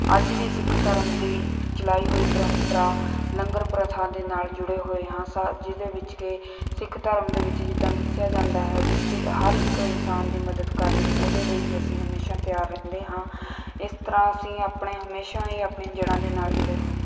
ਅੱਜ ਵੀ ਸਿੱਖ ਧਰਮ ਦੀ ਚਲਾਈ ਹੋਈ ਪਰੰਪਰਾ ਲੰਗਰ ਪ੍ਰਥਾ ਦੇ ਨਾਲ ਜੁੜੇ ਹੋਏ ਹਾਂ ਸਾ ਜਿਸ ਦੇ ਵਿੱਚ ਕੇ ਸਿੱਖ ਧਰਮ ਦੇ ਵਿੱਚ ਜਿੱਦਾਂ ਦੱਸਿਆ ਜਾਂਦਾ ਹੈ ਬਈ ਸੇ ਹਰ ਇੱਕ ਇਨਸਾਨ ਦੀ ਮਦਦ ਕਰਨੀ ਉਹਦੇ ਲਈ ਵੀ ਅਸੀਂ ਹਮੇਸ਼ਾਂ ਤਿਆਰ ਰਹਿੰਦੇ ਹਾਂ ਇਸ ਤਰ੍ਹਾਂ ਅਸੀਂ ਆਪਣੇ ਹਮੇਸ਼ਾਂ ਹੀ ਆਪਣੀਆਂ ਜੜ੍ਹਾਂ ਦੇ ਨਾਲ ਜੁੜੇ ਹੋਏ ਹਾਂ